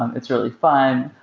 um it's really fun.